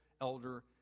elder